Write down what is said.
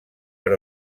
per